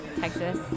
Texas